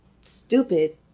stupid